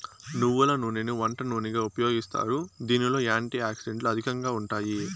నువ్వుల నూనెని వంట నూనెగా ఉపయోగిస్తారు, దీనిలో యాంటీ ఆక్సిడెంట్లు అధికంగా ఉంటాయి